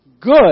good